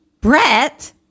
Brett